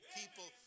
people